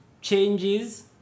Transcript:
Changes